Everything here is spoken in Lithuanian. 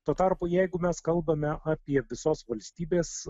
tuo tarpu jeigu mes kalbame apie visos valstybės